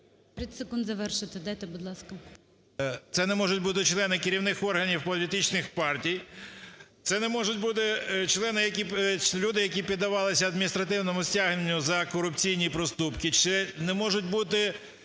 30 секунд завершити дайте, будь ласка.